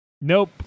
nope